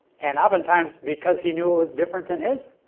and oftentimes because he knew it was different than his.